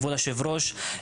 כבוד היושב-ראש,